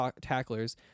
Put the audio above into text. tacklers